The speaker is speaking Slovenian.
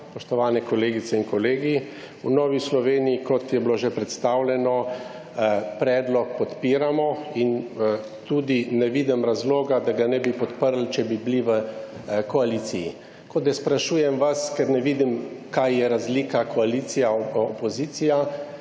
Spoštovane kolegice in kolegi. V Novi Sloveniji, kot je bilo že predstavljeno, predlog podpiramo in tudi ne vidim razloga, da ga ne bi podprli, če bi bili v koaliciji. Tako, da sprašujem vas, ker ne vidim kaj je razlika koalicija, opozicija,